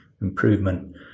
improvement